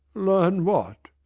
learn what?